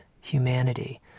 humanity